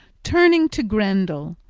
turning to grendel,